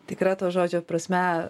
tikra to žodžio prasme